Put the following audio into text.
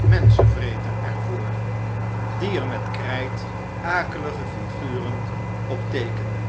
menschenvreter er voor die er met krijt akelige flguren op teekende